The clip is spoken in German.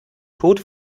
tod